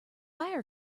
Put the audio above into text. fire